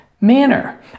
manner